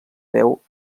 veu